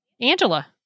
Angela